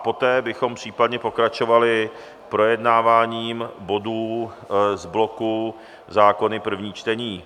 Poté bychom případně pokračovali projednáváním bodů z bloku zákony první čtení.